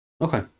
okay